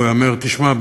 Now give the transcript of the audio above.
הוא היה אומר: תשמע,